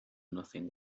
nothing